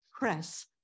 press